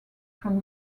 from